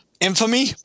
infamy